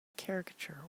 caricature